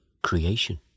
creation